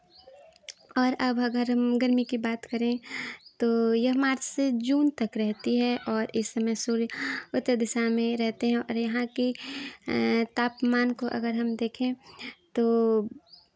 और अब अगर हम गर्मी की बात करें तो यह मार्च से जून तक रहती है और इस समय सूर्य उत्तर दिशा में रहते हैं और यहाँ के तापमान को अगर हम देखें तो